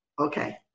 Okay